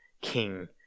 King